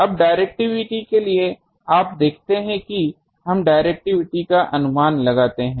अब डिरेक्टिविटी के लिए आप देखते हैं कि हम डिरेक्टिविटी का अनुमान लगाते हैं